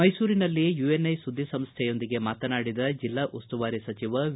ಮೈಸೂರಿನಲ್ಲಿ ಯುಎನ್ಐ ಸುದ್ದಿ ಸಂಸ್ಥೆಯೊಂದಿಗೆ ಮಾತನಾಡಿದ ಜಿಲ್ಲಾ ಉಸ್ತುವಾರಿ ಸಚಿವ ವಿ